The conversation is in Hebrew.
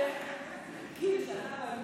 ככה מנהלים